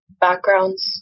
backgrounds